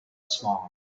smaller